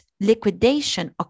liquidation